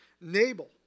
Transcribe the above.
Nabal